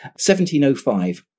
1705